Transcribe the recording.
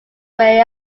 way